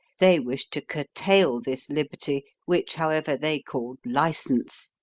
they wished to curtail this liberty, which, however, they called license,